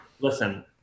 listen